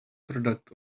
product